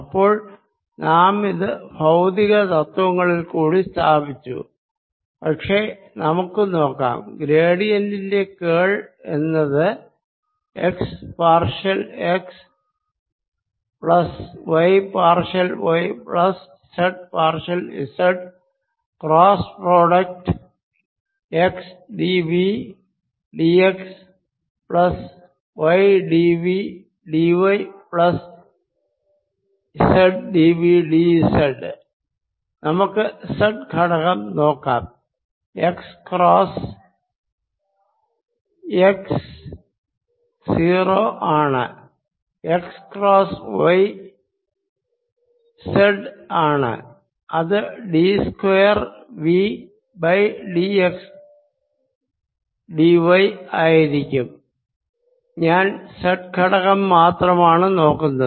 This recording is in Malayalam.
അപ്പോൾ നാമിത് ഭൌതിക തത്വങ്ങളിൽ കൂടി സ്ഥാപിച്ചു പക്ഷെ നമുക്ക് നോക്കാം ഗ്രേഡിയന്റിന്റെ കേൾ എന്നത് x partial x plus y partial y plus z partial z cross product x d V d x plus y d V d y plus z d V d z നമുക്ക് z ഘടകം നോക്കാം x ക്രോസ്സ് x 0 ആണ് x ക്രോസ്സ് y z ആണ് അത് d square V by d x d y ആയിരിക്കും ഞാൻ z ഘടകം മാത്രമാണ് നോക്കുന്നത്